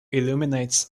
illuminates